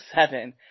seven